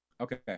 Okay